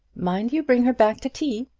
mind you bring her back to tea.